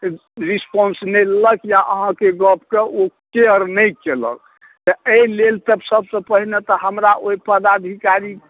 response नहि लेलक या अहाँके गपके ओ केयर नहि केलक एहिलेल तऽ सबसँ पहिने तऽ हमरा ओहि पदाधिकारी